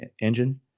engine